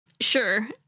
Sure